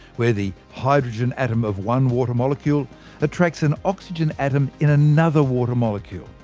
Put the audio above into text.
where the hydrogen atom of one water molecule attracts an oxygen atom in another water molecule.